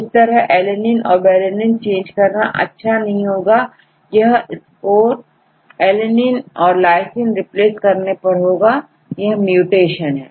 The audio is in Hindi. इस तरह से alanine कोvaline चेंज करना अच्छा नहीं होगा यही स्कोरalanine कोlysine रिप्लेस करने पर होगा यह म्यूटेशन है